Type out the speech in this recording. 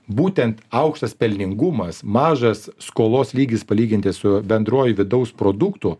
būtent aukštas pelningumas mažas skolos lygis palyginti su bendruoju vidaus produktu